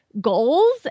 Goals